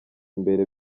imbere